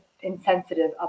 insensitive